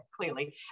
clearly